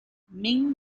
ming